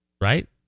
right